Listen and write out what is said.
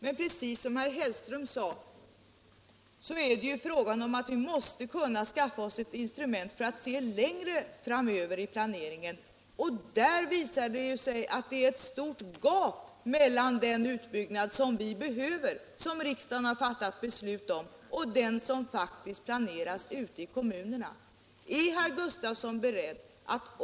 Men här är det ju, som herr Hellström sade, fråga om att skaffa oss instrument för att se längre framöver i planeringen. Det visar sig ju att här är det ett stort gap mellan den utbyggnad vi behöver, och som riksdagen har fattat beslut om, och den som faktiskt planeras ute i kommunerna.